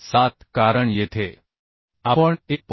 7 कारण येथे आपण 1